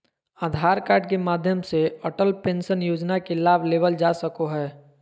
आधार card के माध्यम से अटल पेंशन योजना के लाभ लेवल जा सको हय